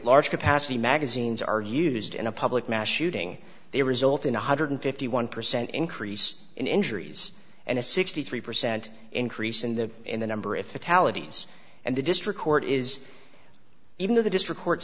large capacity magazines are used in a public mass shooting they result in one hundred fifty one percent increase in injuries and a sixty three percent increase in the in the number of fatalities and the district court is even though the district court